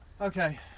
Okay